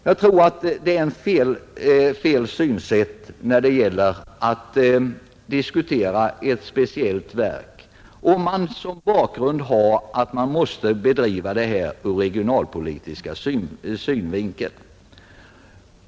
Jag tror att det är fel synsätt beträffande ett speciellt verk, om man som bakgrund har att man måste bedriva verksamheten ur regionalpolitisk synvinkel.